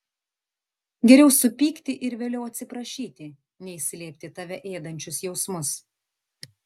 geriau supykti ir vėliau atsiprašyti nei slėpti tave ėdančius jausmus